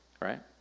right